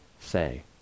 say